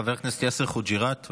חבר הכנסת יאסר חוג'יראת,